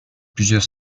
plusieurs